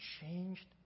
changed